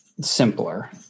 simpler